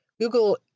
google